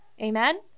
Amen